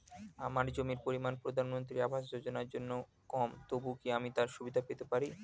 আমার জমির পরিমাণ প্রধানমন্ত্রী আবাস যোজনার জন্য কম তবুও কি আমি তার সুবিধা পেতে পারি?